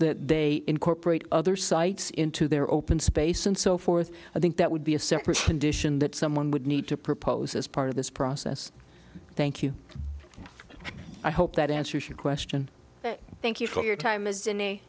that they incorporate other sites into their open space and so forth i think that would be a separate condition that someone would need to propose as part of this process thank you i hope that answers your question thank you for your time